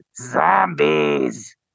zombies